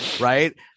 right